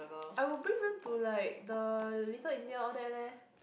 I would bring them to like the Little-India all that leh